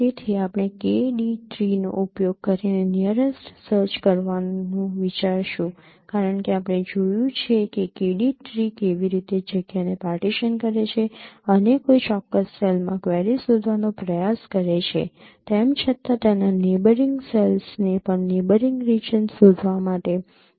તેથી આપણે K D tree નો ઉપયોગ કરીને નીયરેસ્ટ સર્ચ કરવાનું વિચારીશું કારણ કે આપણે જોયું છે કે K D ટ્રી કેવી રીતે જગ્યાને પાર્ટીશન કરે છે અને કોઈ ચોક્કસ સેલમાં ક્વેરી શોધવાનો પ્રયાસ કરે છે તેમ છતાં તેના નેબયરિંગ સેલ્સને પણ નેબયરિંગ રિજિયન્સ શોધવા માટે ધ્યાનમાં લેવામાં આવશે